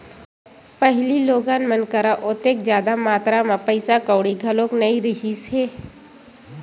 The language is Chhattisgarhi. पहिली लोगन मन करा ओतेक जादा मातरा म पइसा कउड़ी घलो नइ रिहिस हे